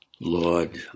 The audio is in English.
Lord